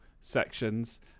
sections